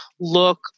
look